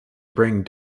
bring